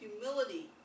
humility